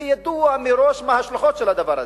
זה היה ידוע מראש, ההשלכות של הדבר הזה.